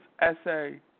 essay